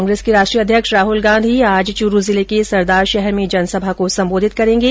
कांग्रेस के राष्ट्रीय अध्यक्ष राहुल गांधी आज चूरू जिले के सरदारशहर में जनसभा को सम्बोधित करेंगे